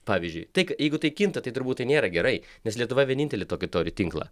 pavyzdžiui tik jeigu tai kinta tai turbūt nėra gerai nes lietuva vienintelį tokį turi tinklą